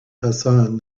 hassan